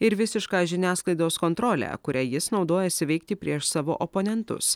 ir visišką žiniasklaidos kontrolę kuria jis naudojasi veikti prieš savo oponentus